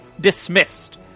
dismissed